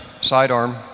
sidearm